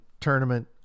tournament